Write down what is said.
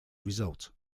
result